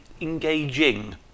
engaging